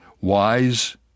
wise